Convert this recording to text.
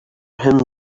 him